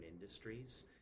industries